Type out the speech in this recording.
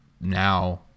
now